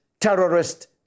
terrorist